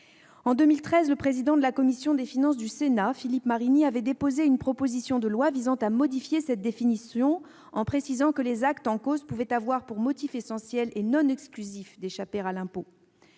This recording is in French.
En 2013, le président de la commission des finances du Sénat de l'époque, Philippe Marini, a déposé une proposition de loi visant à modifier cette définition, en précisant que les actes en cause pouvaient avoir pour motif essentiel et non exclusif d'échapper à l'impôt.